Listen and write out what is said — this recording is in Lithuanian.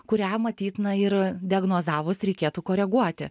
kurią matyt na ir diagnozavus reikėtų koreguoti